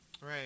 Right